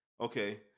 Okay